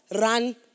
run